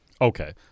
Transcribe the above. Okay